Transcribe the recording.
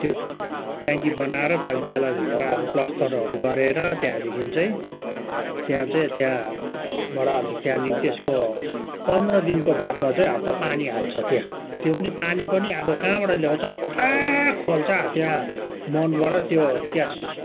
त्यो ट्याङकी बनाएर त्यहाँदेखि त्यसलाई भित्र अब प्लास्टरहरू गरेर त्यहाँदेखि चाहिँ त्यहाँ चाहिँ त्यहाँबाट अन्त त्यहाँदेखि त्यसको पन्ध्र दिनको बादमा चाहिँ अन्त पानी हाल्छ त्यहाँ त्यो पनि पानी अब कहाँबाट ल्याउँछ पर खोल्चा त्यहाँ मोहनबाट त्यो क्यास्